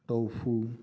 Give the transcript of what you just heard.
tofu